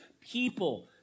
people